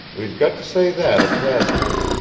we've got to say that of cassidy.